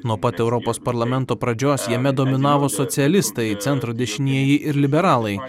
nuo pat europos parlamento pradžios jame dominavo socialistai centro dešinieji ir liberalai